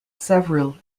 several